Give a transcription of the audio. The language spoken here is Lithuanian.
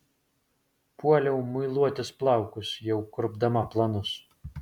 puoliau muiluotis plaukus jau kurpdama planus